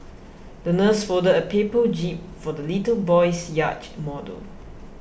the nurse folded a paper jib for the little boy's yacht model